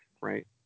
right